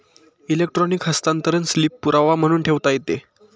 electronic हस्तांतरण slip पुरावा म्हणून ठेवता येते